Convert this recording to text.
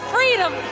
Freedom